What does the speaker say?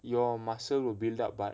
your muscle will build up but